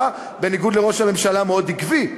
אתה, בניגוד לראש הממשלה, מאוד עקבי,